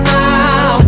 now